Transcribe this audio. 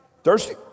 Thirsty